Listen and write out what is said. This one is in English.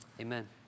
Amen